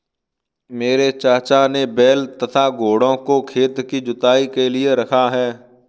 मेरे चाचा ने बैल तथा घोड़ों को खेत की जुताई के लिए रखा है